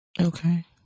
okay